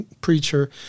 preacher